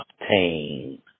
obtain